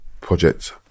project